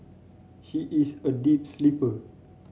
she is a deep sleeper